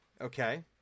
Okay